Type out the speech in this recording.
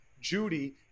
Judy